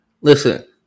listen